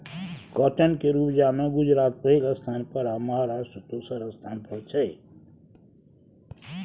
cotton केर उपजा मे गुजरात पहिल स्थान पर आ महाराष्ट्र दोसर स्थान पर छै